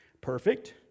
perfect